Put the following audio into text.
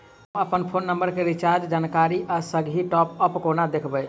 हम अप्पन phone number केँ रिचार्जक जानकारी आ संगहि टॉप अप कोना देखबै?